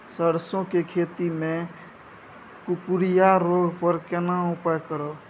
सरसो के खेती मे कुकुरिया रोग पर केना उपाय करब?